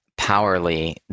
Powerly